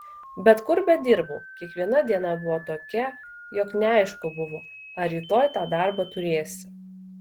bet kur bedirbau kiekviena diena buvo tokia jog neaišku buvo ar rytoj tą darbą turėsi